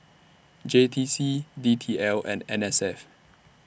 J T C D T L and N S F